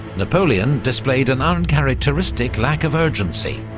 napoleon displayed an uncharacteristic lack of urgency,